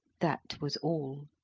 that was all.